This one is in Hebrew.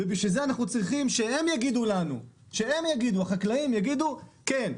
ובשביל זה אנחנו צריכים שהחקלאים יגידו לנו: כן,